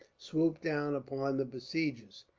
swoop down upon the besiegers.